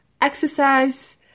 Exercise